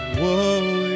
Whoa